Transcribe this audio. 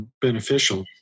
beneficial